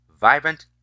vibrant